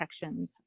protections